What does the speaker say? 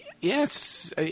yes